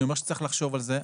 אני אומר שצריך לחשוב על זה.